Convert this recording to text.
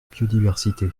biodiversité